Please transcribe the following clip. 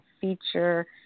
feature